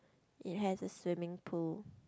it has a swimming pool